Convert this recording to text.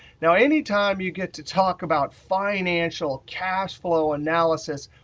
now anytime you get to talk about financial cash flow analysis,